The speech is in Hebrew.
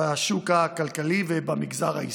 בשוק הכלכלי ובמגזר העסקי.